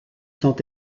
sont